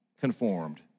conformed